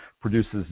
produces